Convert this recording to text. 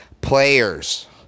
players